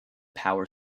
power